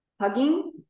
hugging